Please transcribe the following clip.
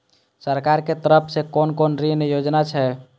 सरकार के तरफ से कोन कोन ऋण योजना छै?